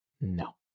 No